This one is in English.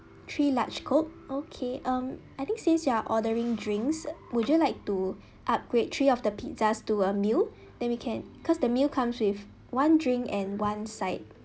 three large coke okay um I think since you are ordering drinks would you like to upgrade three of the pizzas to a meal then we can because the meal comes with one drink and one side